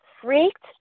freaked